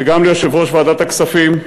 וגם ליושב-ראש ועדת הכספים,